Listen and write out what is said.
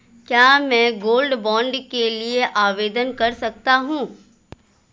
क्या मैं gold bond के लिए आवेदन कर सकता हूं?